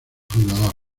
fundador